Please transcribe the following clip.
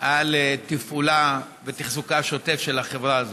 על תפעולה ותחזוקה השוטף של החברה הזו.